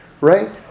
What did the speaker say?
Right